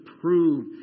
prove